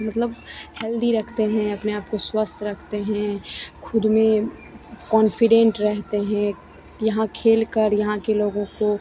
मतलब हेल्दी रखते हैं अपने आप को स्वस्थ रखते हैं खुद में कॉन्फिडेंट रहते हैं यहाँ खेल कर यहाँ के लोगों को